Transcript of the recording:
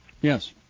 Yes